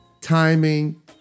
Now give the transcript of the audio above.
timing